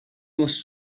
was